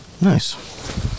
Nice